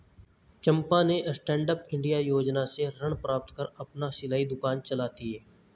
चंपा ने standup India Yojana से ऋण प्राप्त कर अपना सिलाई दुकान चलाती है